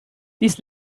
dies